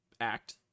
act